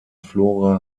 flora